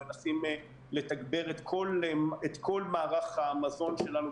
אנחנו כרגע מנסים לתגבר את כל מערך המזון שלנו,